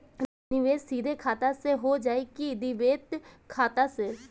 निवेश सीधे खाता से होजाई कि डिमेट खाता से?